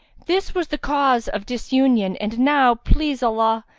this was the cause of disunion and now, please allah,